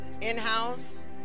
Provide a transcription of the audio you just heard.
in-house